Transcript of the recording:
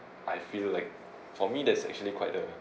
I feel like for me that's actually quite a